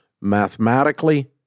mathematically